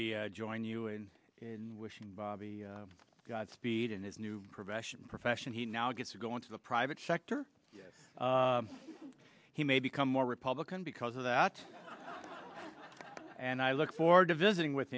me join you in wishing bob godspeed and his new profession profession he now gets to go into the private sector yes he may become more republican because of that and i look forward to visiting with